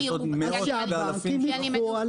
יש עוד מאות ואלפים שלא מגיעים.